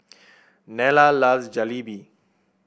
Nella loves Jalebi